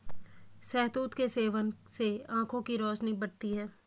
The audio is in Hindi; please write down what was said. शहतूत के सेवन से आंखों की रोशनी बढ़ती है